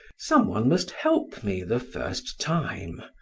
some one must help me the first time.